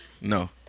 No